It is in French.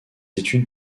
études